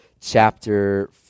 chapter